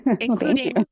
including